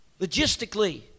logistically